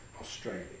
Australia